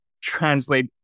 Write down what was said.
translate